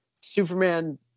Superman